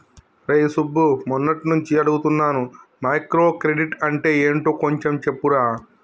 రేయ్ సుబ్బు, మొన్నట్నుంచి అడుగుతున్నాను మైక్రో క్రెడిట్ అంటే యెంటో కొంచెం చెప్పురా